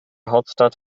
hauptstadt